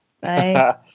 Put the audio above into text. Bye